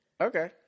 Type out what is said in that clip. Okay